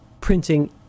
printing